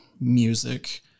music